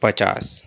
پچاس